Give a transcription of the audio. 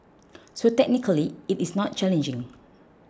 so technically it is not challenging